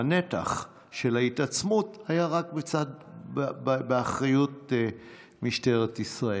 הנתח של ההתעצמות היה רק באחריות משטרת ישראל.